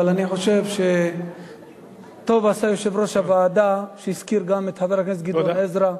אני חושב שטוב עשה יושב-ראש הוועדה שהזכיר גם את חבר הכנסת גדעון עזרא,